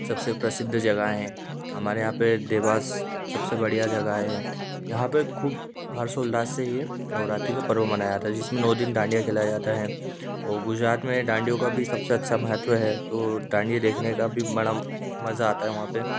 सब से प्रसिद्ध जगा है हमारे यहाँ पर देवास सब से बढ़िया जगह है यहाँ पर ख़ूब हर्षोउल्लास से ये नवरात्रि का पर्व मनाया जाता है जिसमें नौ दिन डांडिया खेला जाता है और गुजरात में डांडिया का भी सब से अच्छा महत्व है तो डांडिया देखने का भी बड़ा मज़ा आता है वहाँ पर